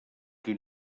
qui